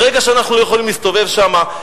ברגע שאנחנו לא יכולים להסתובב שם,